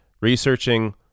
researching